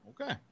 Okay